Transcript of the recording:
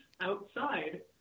outside